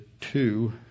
two